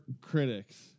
Critics